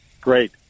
Great